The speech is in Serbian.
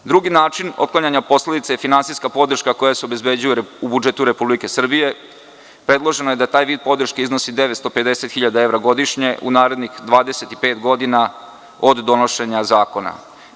Drugi način otklanjanja posledica je finansijska podrška koja se obezbeđuje u budžetu Republike Srbije, predloženo je da taj vid podrške iznosi 950 hiljada evra godišnje u narednih 25 godina od donošenja zakona.